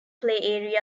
play